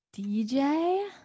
DJ